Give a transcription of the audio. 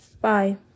Bye